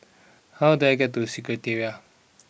how do I get to Secretariat